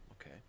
Okay